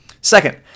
second